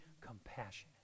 compassionate